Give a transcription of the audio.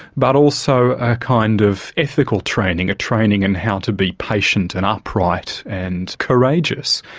but also a kind of ethical training, a training in how to be patient and upright and courageous.